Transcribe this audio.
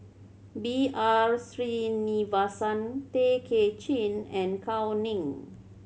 B R Sreenivasan Tay Kay Chin and Gao Ning